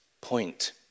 point